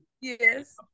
Yes